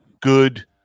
good